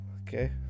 okay